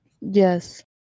Yes